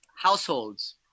Households